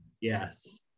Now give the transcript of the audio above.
Yes